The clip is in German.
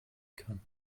kann